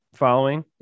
following